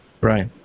right